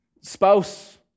Spouse